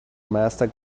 master